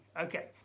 Okay